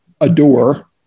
adore